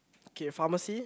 okay pharmacy